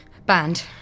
Banned